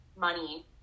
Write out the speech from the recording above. money